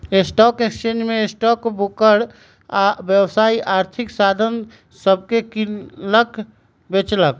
stock exchange में stock broker आऽ व्यापारी आर्थिक साधन सभके किनलक बेचलक